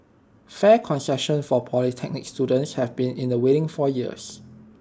fare concessions for polytechnic students have been in the waiting for years